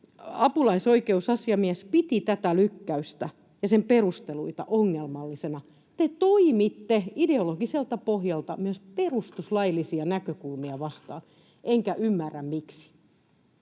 Apulaisoikeusasiamies piti tätä lykkäystä ja sen perusteluita ongelmallisina. Te toimitte ideologiselta pohjalta myös perustuslaillisia näkökulmia vastaan, enkä ymmärrä, miksi.